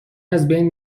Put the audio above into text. ازبین